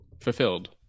fulfilled